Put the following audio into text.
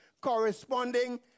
corresponding